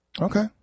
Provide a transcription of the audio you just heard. Okay